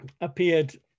appeared